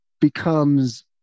becomes